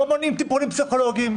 לא מונעים טיפולים פסיכולוגים,